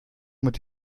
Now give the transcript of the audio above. mit